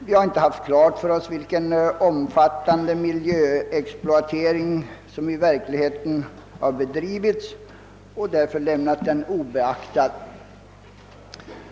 Vi har inte haft klart för oss vilken omfattande miljöexploatering som i verkligheten har bedrivits och därför lämnat den obeaktad.